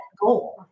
goal